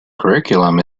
curriculum